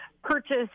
Purchase